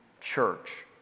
church